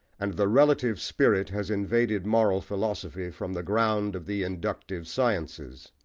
and the relative spirit has invaded moral philosophy from the ground of the inductive sciences.